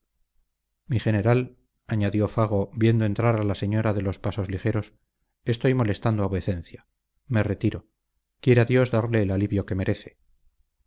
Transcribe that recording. mi general añadió fago viendo entrar a la señora de los pasos ligeros estoy molestando a vuecencia me retiro quiera dios darle el alivio que merece